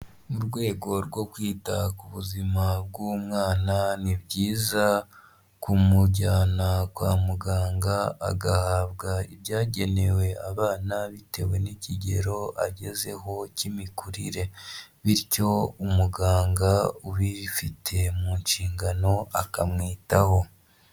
Mu rwego rwo kwita ku buzima bw'umwana ni byiza kumujyana kwa muganga agahabwa ibyagenewe abana bitewe n'ikigero agezeho cy'imikurire bityo umuganga ubifite mu nshingano akamwitaho.